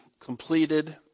completed